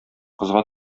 кызга